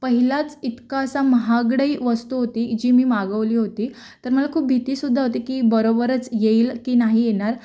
पहिलाच इतका असा महागडी वस्तू होती जी मी मागवली होती तर मला खूप भीतीसुद्धा होती की बरोबरच येईल की नाही येणार